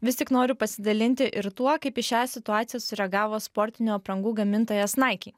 vis tik noriu pasidalinti ir tuo kaip į šią situaciją sureagavo sportinių aprangų gamintojas naiki